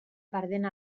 perdent